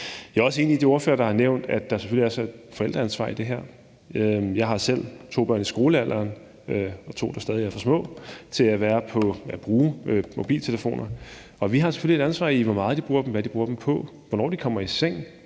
Jeg er også enig med de ordførere, der har nævnt, at der selvfølgelig også er et forældreansvar i det her. Jeg har selv to børn i skolealderen og to, der stadig er for små til at bruge mobiltelefoner. Vi har selvfølgelig et ansvar for, hvor meget de bruger dem, hvad de bruger dem på, hvornår de kommer i seng,